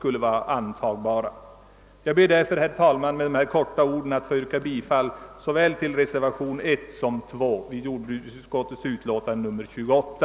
Jag ber, herr talman, att med dessa ord få yrka bifall till såväl reservationen 1 som reservationen 2 vid jordbruksutskottets utlåtande nr 28.